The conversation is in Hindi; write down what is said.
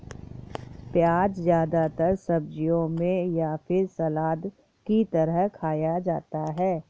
प्याज़ ज्यादातर सब्जियों में या फिर सलाद की तरह खाया जाता है